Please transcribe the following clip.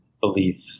belief